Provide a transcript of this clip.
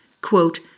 quote